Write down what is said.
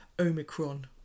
Omicron